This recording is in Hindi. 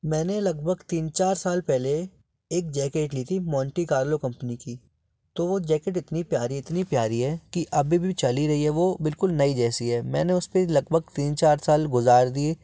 मैंने लगभग तीन चार साल पहले एक जैकेट ली थी मोंटी कार्लो कंपनी की तो वो जैकेट इतनी प्यारी इतनी प्यारी है कि अभी भी चली रही है वो बिल्कुल नई जैसी है मैंने उसे में लगभग तीन चार साल गुज़ार दिए